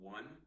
One